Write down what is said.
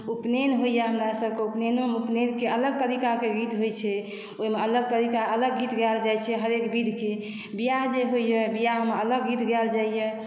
उपनयन होइए हमरा सभकेँ उपनयनके अलग तरीकाके गीत होइ छै ओहिमे अलग तरीका अलग गीत गायल जाइ छै हरेक विधकेँ बिआह जे होइए बिआहमे अलग गीत गायल जाइए